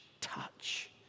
touch